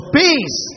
peace